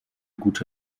gute